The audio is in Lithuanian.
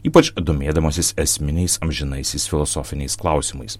ypač domėdamasis esminiais amžinaisiais filosofiniais klausimais